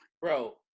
Bro